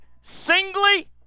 singly